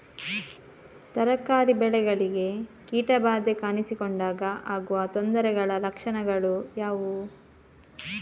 ತರಕಾರಿ ಬೆಳೆಗಳಿಗೆ ಕೀಟ ಬಾಧೆ ಕಾಣಿಸಿಕೊಂಡಾಗ ಆಗುವ ತೊಂದರೆಗಳ ಲಕ್ಷಣಗಳು ಯಾವುವು?